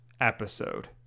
episode